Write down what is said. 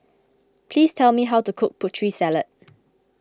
please tell me how to cook Putri Salad